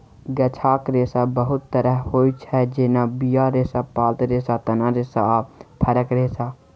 गाछक रेशा बहुत तरहक होइ छै जेना बीया रेशा, पात रेशा, तना रेशा आ फरक रेशा